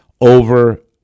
over